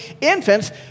infants